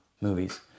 movies